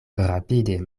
rapide